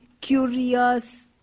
curious